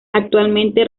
actualmente